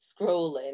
scrolling